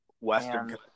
Western